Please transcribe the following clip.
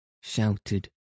shouted